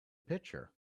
pitcher